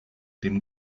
dem